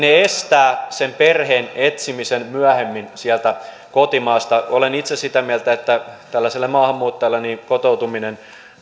estävät sen perheen etsimisen myöhemmin sieltä kotimaasta olen itse sitä mieltä että tällaiselle maahanmuuttajalle kotoutuminen